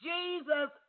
Jesus